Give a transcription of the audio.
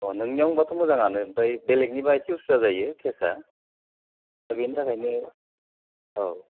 अ' नोंनियावनोबाथ' मोजाङानो ओमपाय बेलेगनिबा एसे उसुबिदा जायो केसआ दा बेनि थाखायनो औ